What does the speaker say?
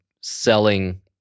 selling